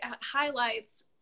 highlights